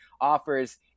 offers